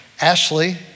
Ashley